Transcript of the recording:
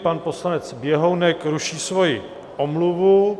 Pan poslanec Běhounek ruší svoji omluvu.